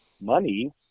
money